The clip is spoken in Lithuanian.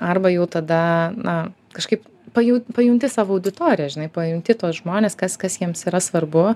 arba jau tada na kažkaip pajut pajunti savo auditoriją žinai pajunti tuos žmones kas kas jiems yra svarbu